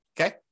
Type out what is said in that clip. okay